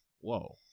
whoa